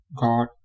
God